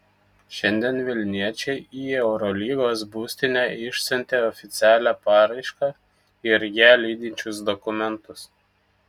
šiandien vilniečiai į eurolygos būstinę išsiuntė oficialią paraišką ir ją lydinčius dokumentus